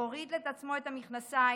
הוריד לעצמו את המכנסיים.